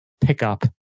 pickup